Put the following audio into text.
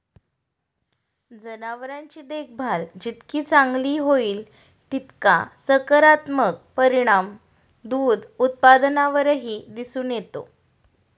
जनावरांची देखभाल जितकी चांगली होईल, तितका सकारात्मक परिणाम दूध उत्पादनावरही दिसून येतो